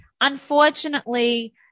unfortunately